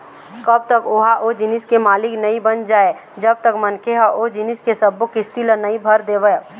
कब तक ओहा ओ जिनिस के मालिक नइ बन जाय जब तक मनखे ह ओ जिनिस के सब्बो किस्ती ल नइ भर देवय